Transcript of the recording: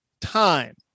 time